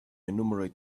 enumerate